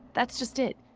that's just it.